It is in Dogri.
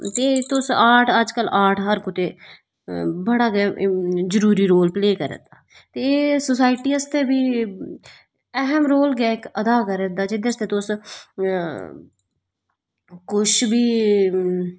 ते तुस आर्ट तुस हर कुतै अज्ज कल बड़ा गौ रोल प्ले करा दा ते एह् सोसाइटी आस्तै बी ऐहम रोल गै प्ले करा दा जेह्के आस्तै तुस कुछ बी